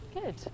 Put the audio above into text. good